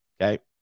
okay